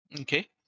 Okay